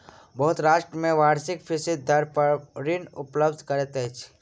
बहुत राष्ट्र में वार्षिक फीसदी दर सॅ ऋण उपलब्ध करैत अछि